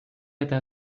eta